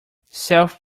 self